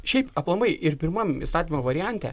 šiaip aplamai ir pirmam įstatymo variante